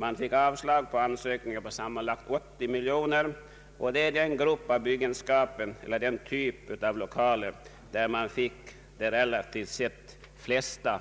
Man fick avslag på ansökningar om sammanlagt 80 miljoner kronor, och det var den typ av lokaler för vilken de flesta dispensansökningarna